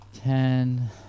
Ten